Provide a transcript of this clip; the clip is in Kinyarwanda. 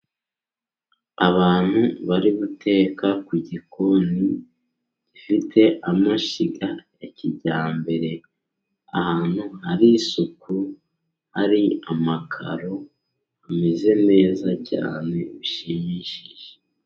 Abantu bari guteka mu gikoni gifite amashyiga ya kijyambere, ahantu hari isuku, hari amakaro ameze neza cyane bishimishije.